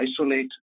isolate